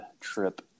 trip